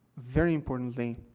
very importantly,